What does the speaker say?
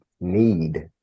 need